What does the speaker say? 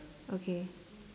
okay